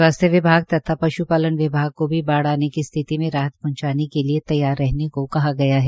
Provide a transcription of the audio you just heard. स्वास्थ्य विभाग तथा पश्पालन विभाग को भी बाढ़ आने की स्थिति मे राहत पहुंचाने के लिए तैयार करने को कहा गया है